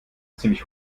ziemlich